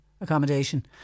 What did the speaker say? accommodation